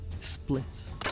splits